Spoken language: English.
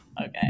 okay